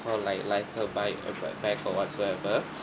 for like like a bike uh backpack or whatsoever